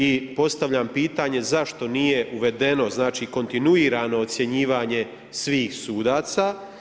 I postavljam pitanje zašto nije uvedeno, znači kontinuirano ocjenjivanje svih sudaca.